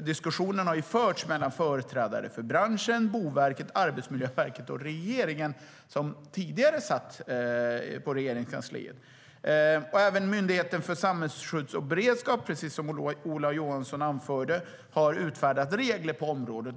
diskussioner har förts mellan företrädare för branschen, Boverket, Arbetsmiljöverket och den tidigare regeringen. Även Myndigheten för samhällsskydd och beredskap har, precis som Ola Johansson anförde, utfärdat regler på området.